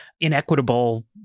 inequitable